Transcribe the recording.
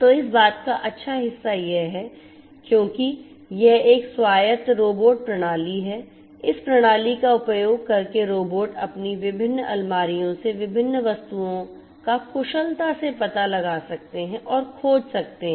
तो इस बात का अच्छा हिस्सा यह है कि क्योंकि यह एक स्वायत्त रोबोट प्रणाली है इस प्रणाली का उपयोग करके रोबोट अपनी विभिन्न अलमारियों से विभिन्न वस्तुओं का कुशलता से पता लगा सकते हैं और खोज सकते हैं